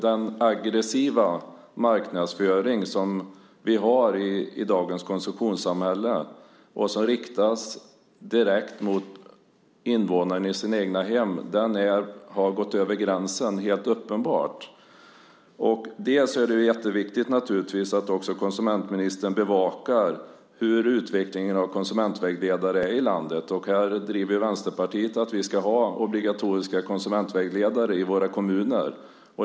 Den aggressiva marknadsföring som vi har i dagens konsumtionssamhälle, som riktas direkt till invånare i deras egna hem, har helt uppenbart gått över gränsen. Det är naturligtvis jätteviktigt att konsumentministern bevakar utvecklingen av konsumentvägledare i landet. Vi i Vänsterpartiet driver att vi ska ha obligatoriska konsumentvägledare i våra kommuner.